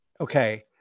Okay